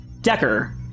Decker